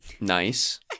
Nice